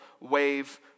wave